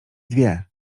dwie